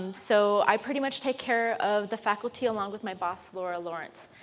um so i pretty much take care of the faculty along with my boss, laura lawrence.